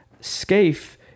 Scaife